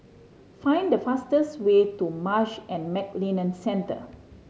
find the fastest way to Marsh and McLennan Centre